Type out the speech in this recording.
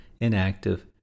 inactive